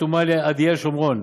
שחתום עליה עדיאל שומרון,